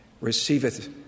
receiveth